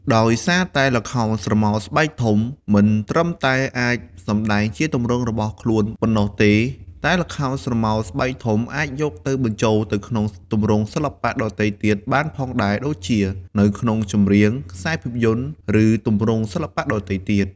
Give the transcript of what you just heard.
ដោយសារតែល្ខោនស្រមោលស្បែកធំមិនត្រឹមតែអាចសម្ដែងជាទម្រង់របស់ខ្នួនប៉ុណ្ណោះទេ តែល្ខោនស្រមោលស្បែកធំអាចយកទៅបញ្ជូលទៅក្នុងទម្រង់សិល្បៈដទៃទៀតបានផងដែរដូចជា នៅក្នុងចម្រៀង ខ្សែរភាពយន្ដ ឬទម្រង់សិល្បៈដទៃទៀត។